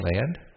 Land